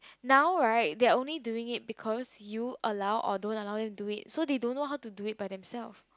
now right they are only doing it because you allow although or dont allow them to do it so they don't know how to do it by themselves